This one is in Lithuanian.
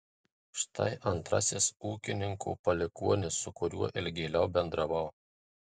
štai antrasis ūkininko palikuonis su kuriuo ilgėliau bendravau